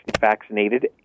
vaccinated